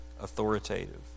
authoritative